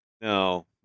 No